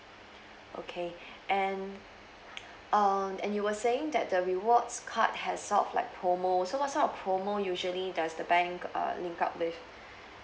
okay and um and you were saying that the rewards card has sort of like promo so what sort of promo usually does the bank uh link up with